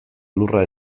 lurra